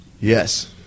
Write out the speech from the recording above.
Yes